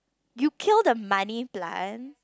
you kill the money plant